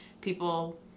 people